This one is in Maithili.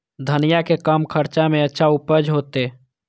धनिया के कम खर्चा में अच्छा उपज होते?